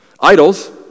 idols